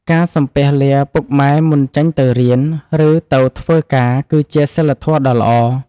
ការសំពះលាពុកម៉ែមុនចេញទៅរៀន ឬទៅធ្វើការ គឺជាសីលធម៌ដ៏ល្អ។